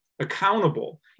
accountable